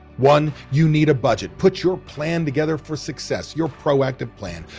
one, you need a budget. put your plan together for success. you're proactive plan.